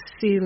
see